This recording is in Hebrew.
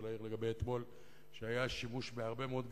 להעיר לגבי אתמול היא שהיה שימוש בהרבה מאוד גז,